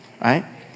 right